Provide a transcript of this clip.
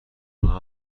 آنها